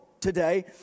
today